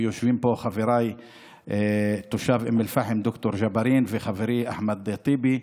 ויושבים פה חברי תושב אום אל-פחם ד"ר ג'בארין וחברי אחמד טיבי,